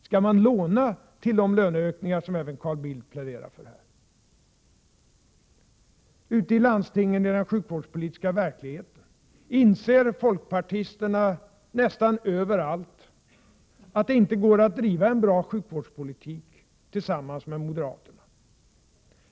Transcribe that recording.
Skall man låna till de löneökningar som även Carl Bildt pläderar för? Ute i landstingen, i den sjukvårdspolitiska verkligheten, inser folkpartisterna nästan överallt att det inte går att bedriva en bra sjukvårdspolitik tillsammans med moderaterna.